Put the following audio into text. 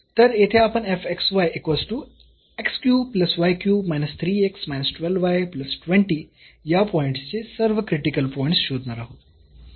तर येथे आपण या पॉईंटचे सर्व क्रिटिकल पॉईंट्स शोधणार आहोत